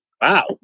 Wow